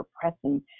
pressing